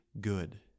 good